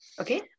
Okay